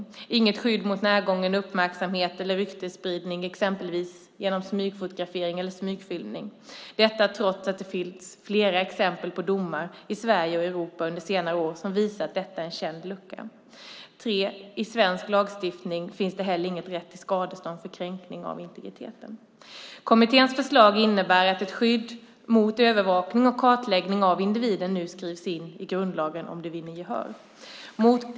Det finns inget skydd mot närgången uppmärksamhet eller ryktesspridning, exempelvis genom smygfotografering eller smygfilmning, trots att det finns flera exempel på domar i Sverige och Europa under senare år som visar att detta är en känd lucka. Den tredje luckan är att det inte finns någon rätt till skadestånd för kränkning av integriteten i svensk lagstiftning. Kommitténs förslag innebär, om det vinner gehör, att ett skydd mot övervakning och kartläggning av individen nu skrivs in i grundlagen.